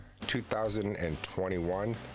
2021